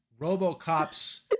Robocop's